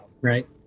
right